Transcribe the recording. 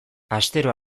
astero